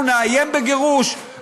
אנחנו נאיים בגירוש,